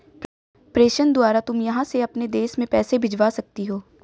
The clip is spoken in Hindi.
प्रेषण द्वारा तुम यहाँ से अपने देश में पैसे भिजवा सकती हो